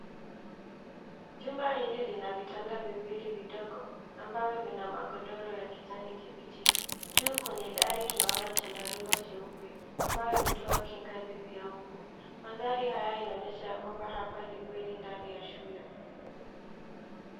Jumba hili lina vitanda viwili vidogo ambavyo vina magodoro ya kijani kibichi. Juu kwenye dari tunaona chandarua cheupe ambayo hutoa kinga dhidi ya mbu. Madhari haya yanaonyesha ya kwamba hapa ni bweni ndani ya shule